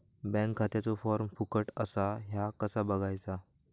Bank खात्याचो form फुकट असा ह्या कसा बगायचा?